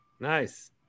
Nice